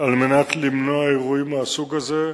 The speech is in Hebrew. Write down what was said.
על מנת למנוע אירועים מהסוג הזה,